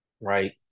right